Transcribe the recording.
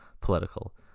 political